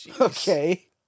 Okay